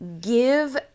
give